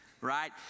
right